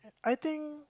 I think